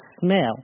smell